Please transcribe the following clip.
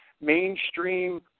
mainstream